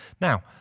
Now